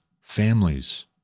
families